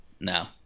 No